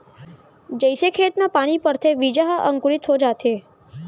जइसे खेत म पानी परथे बीजा ह अंकुरित हो जाथे